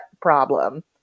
problem